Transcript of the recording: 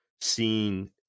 seeing